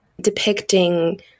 depicting